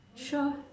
sure